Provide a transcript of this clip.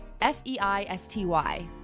F-E-I-S-T-Y